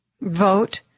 vote